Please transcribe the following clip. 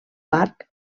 parc